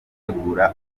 gutegura